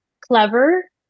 clever